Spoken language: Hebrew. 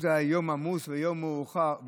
אם זה היה יום עמוס ויום מאוחר,